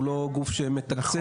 הוא לא גוף שמתקצב,